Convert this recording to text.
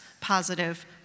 Positive